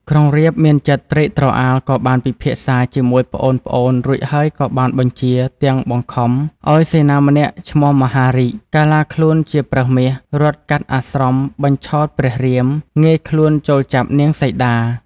ក្រុងរាពណ៍មានចិត្តត្រេកត្រអាលក៏បានពិភាក្សាជាមួយប្អូនៗរួចហើយក៏បានបញ្ជាទាំង បង្ខំឱ្យសេនាម្នាក់ឈ្មោះ មហារីក កាឡាខ្លួនជាប្រើសមាស រត់កាត់អាស្រមបញ្ឆោតព្រះរាម ងាយខ្លួនចូលចាប់នាងសីតា។